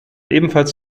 ebenfalls